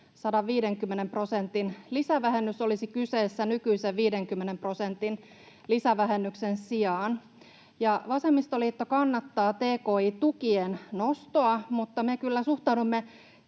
150 prosentin lisävähennys olisi kyseessä nykyisen 50 prosentin lisävähennyksen sijaan. Vasemmistoliitto kannattaa tki-tukien nostoa, mutta me kyllä suhtaudumme